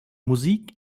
musik